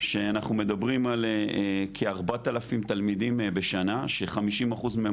שאנחנו מדברים על כ-4000 תלמידים בשנה ש-50% מהם